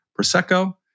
Prosecco